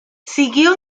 siguió